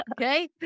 Okay